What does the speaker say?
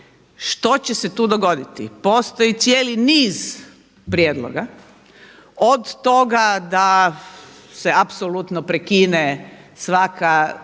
Što će se tu dogoditi? Postoji cijeli niz prijedloga od toga da se apsolutno prekine svaka